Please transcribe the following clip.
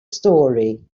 story